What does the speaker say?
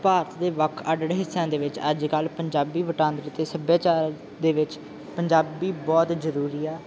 ਭਾਰਤ ਦੇ ਵੱਖ ਅੱਡ ਅੱਡ ਹਿੱਸਿਆ ਦੇ ਵਿੱਚ ਅੱਜ ਕੱਲ੍ਹ ਪੰਜਾਬੀ ਵਟਾਂਦਰ ਅਤੇ ਸੱਭਿਆਚਾਰ ਦੇ ਵਿੱਚ ਪੰਜਾਬੀ ਬਹੁਤ ਜ਼ਰੂਰੀ ਆ